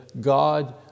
God